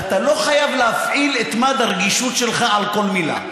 אתה לא חייב להפעיל את מד הרגישות שלך על כל מילה,